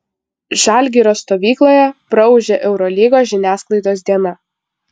žalgirio stovykloje praūžė eurolygos žiniasklaidos diena